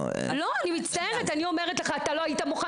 לא --- אני אומרת לך אתה לא היית מוכן